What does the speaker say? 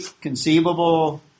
conceivable